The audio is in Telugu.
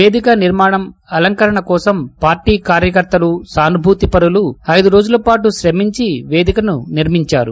వేదిక నిర్మాణం అలంకరణ కోసం పార్టీ కార్యకర్తలు సానుభూతిపరులు ఐదు రోజుల పాటు రమించి వేదికను నిర్మించారు